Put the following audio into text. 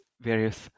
various